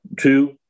Two